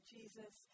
Jesus